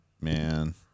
man